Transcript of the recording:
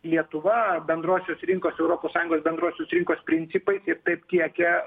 lietuva bendrosios rinkos europos sąjungos bendrosios rinkos principais ir taip tiekia